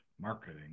marketing